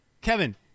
Kevin